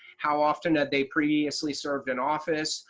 how often had they previously served in office?